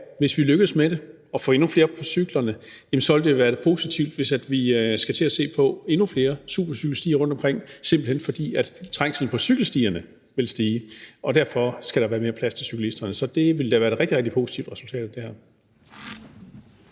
hvis vi lykkes med det og får endnu flere op på cyklerne, ville det være positivt, at vi skulle til at se på endnu flere supercykelstier rundtomkring, simpelt hen fordi trængslen på cykelstierne vil stige og der derfor skal være mere plads til cyklisterne. Så det ville da være et rigtig, rigtig positivt resultat af det her.